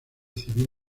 civil